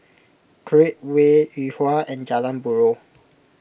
Create Way Yuhua and Jalan Buroh